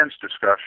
discussion